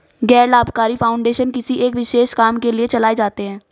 गैर लाभकारी फाउंडेशन किसी एक विशेष काम के लिए चलाए जाते हैं